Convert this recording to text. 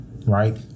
Right